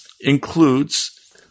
includes